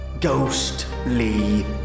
ghostly